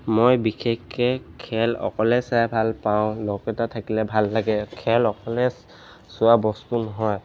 মই বিশেষকৈ খেল অকলে চাই ভালপাওঁ লগ এটা থাকিলে ভাল লাগে খেল অকলে চোৱা বস্তু নহয়